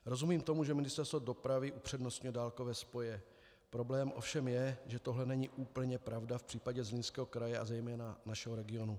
Rozumím tomu, že Ministerstvo dopravy upřednostňuje dálkové spoje, problém ovšem je, že tohle není úplně pravda v případě Zlínského kraje, a zejména našeho regionu.